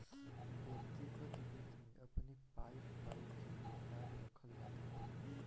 व्यक्तिगत वित्त में अपनी पाई पाई कअ हिसाब रखल जात हवे